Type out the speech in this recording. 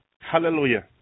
Hallelujah